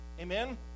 Amen